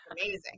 amazing